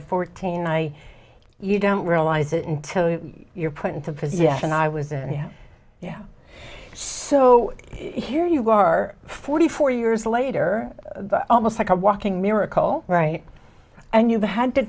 a fourteen i you don't realize it until you're put into for the yes and i was in yeah yeah so here you are forty four years later almost like a walking miracle right and you had to